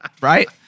Right